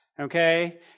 Okay